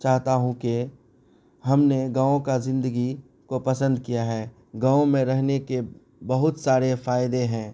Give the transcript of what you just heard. چاہتا ہوں کہ ہم نے گاؤں کا زندگی کو پسند کیا ہے گاؤں میں رہنے کے بہت سارے فائدے ہیں